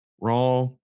Wrong